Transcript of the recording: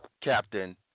Captain